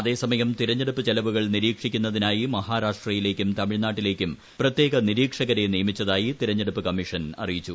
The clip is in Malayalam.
അതേസമയം തിരഞ്ഞെടുപ്പ് ചെലവുകൾ നിരീക്ഷിക്കുന്നതിനായി മഹാരാഷ്ട്രയിലേയ്ക്കും തമിഴ്നാട്ടിലേയ്ക്കും പ്രത്യേക നിരീക്ഷകരെ നിയമിച്ചതായി തിരഞ്ഞെടുപ്പ് കമ്മീഷൻ അറിയിച്ചു